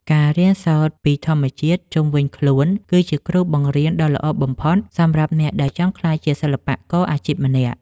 ការរៀនសូត្រពីធម្មជាតិជុំវិញខ្លួនគឺជាគ្រូបង្រៀនដ៏ល្អបំផុតសម្រាប់អ្នកដែលចង់ក្លាយជាសិល្បករអាជីពម្នាក់។